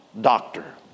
doctor